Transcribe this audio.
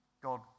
God